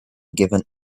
given